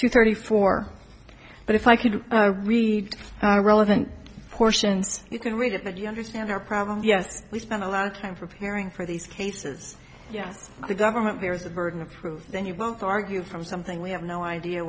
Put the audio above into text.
two thirty four but if i could read the relevant portions you can read it that you understand our problem yes we spend a lot of time preparing for these cases yes the government there is a burden of proof then you don't argue from something we have no idea